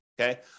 okay